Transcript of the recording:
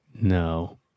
No